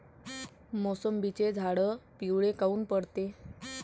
मोसंबीचे झाडं पिवळे काऊन पडते?